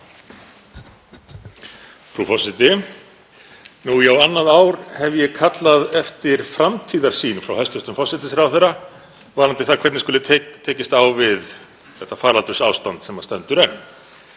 Frú forseti. Í á annað ár hef ég kallað eftir framtíðarsýn frá hæstv. forsætisráðherra varðandi það hvernig skuli tekist á við það faraldursástand sem stendur enn.